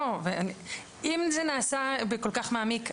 אם זה נעשה בכל כך מעמיק,